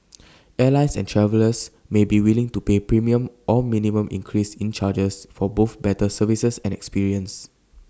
airlines and travellers may be willing to pay premium or minimum increase in charges for both better services and experience